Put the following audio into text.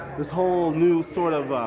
this whole new sort of,